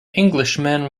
englishman